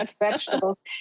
vegetables